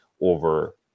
over